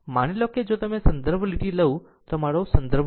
આમ માની લો કે જો હું સંદર્ભ લીટી લઉ તો આ મારી સંદર્ભ રેખા છે